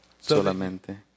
solamente